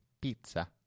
pizza